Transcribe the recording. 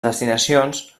destinacions